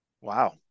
Wow